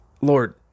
Lord